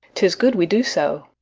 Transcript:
tis good we do so.